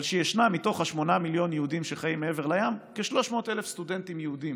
שישנם מתוך 8 מיליון היהודים שחיים מעבר לים כ-300,000 סטודנטים יהודים